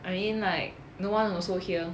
I mean like no one also here